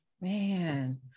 Man